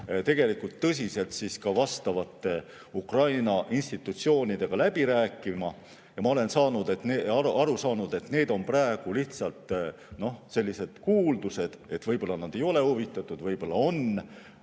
tegelikult tõsiselt ka vastavate Ukraina institutsioonidega läbi rääkima. Nagu ma olen aru saanud, on need praegu lihtsalt sellised kuuldused, et võib-olla nad ei ole huvitatud, võib-olla on.